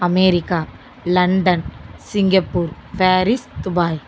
America London Singapore Paris Dubai